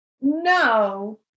No